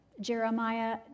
Jeremiah